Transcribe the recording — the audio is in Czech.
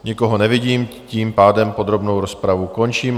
Nikoho nevidím, tím pádem podrobnou rozpravu končím.